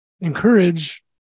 encourage